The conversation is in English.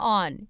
on